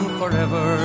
forever